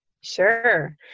Sure